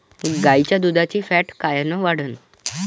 गाईच्या दुधाची फॅट कायन वाढन?